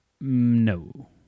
No